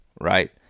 right